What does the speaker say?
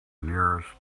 nearest